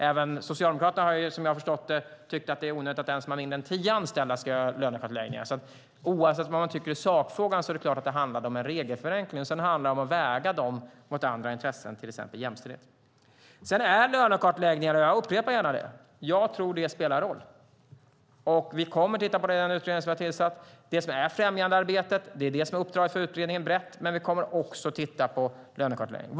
Även Socialdemokraterna har, som jag har förstått det, tyckt att det är onödigt att den som har mindre än tio anställda ska göra lönekartläggningar. Oavsett vad man tycker i sakfrågan är det klart att det handlade om en regelförenkling. Dessutom handlar det om att väga dem mot andra intressen, till exempel jämställdhet. Sedan tror jag, och jag upprepar gärna det, att lönekartläggningar spelar roll. Vi kommer att titta på det genom den utredning som vi har tillsatt. Det är främjandearbetet som är det breda uppdraget för utredningen, men vi kommer också att titta på lönekartläggningen.